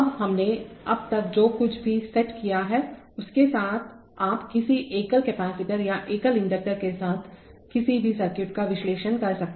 अब हमने अब तक जो कुछ भी सेट किया हैउसके साथ आप किसी एकल कपैसिटर या एकल इंडक्टर के साथ किसी भी सर्किट का विश्लेषण कर सकते हैं